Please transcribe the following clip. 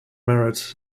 merritt